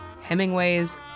Hemingway's